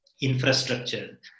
infrastructure